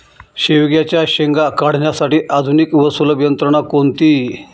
शेवग्याच्या शेंगा काढण्यासाठी आधुनिक व सुलभ यंत्रणा कोणती?